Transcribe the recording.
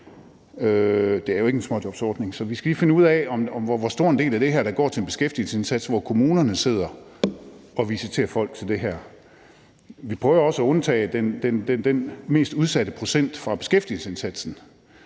det er jo ikke en småjobsordning. Så vi skal lige finde ud af, hvor stor en del af det her, der går til en beskæftigelsesindsats, hvor kommunerne sidder og visiterer folk til det her. Vi prøver også at undtage den mest udsatte procent fra beskæftigelsesindsatsen,